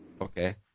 Okay